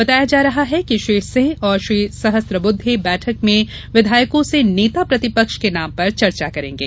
बताया जा रहा है कि श्री सिंह और श्री सहस्रबुद्धे बैठक में विधायकों से नेता प्रतिपक्ष के नाम पर चर्चा करेंगे